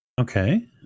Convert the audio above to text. Okay